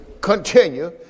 continue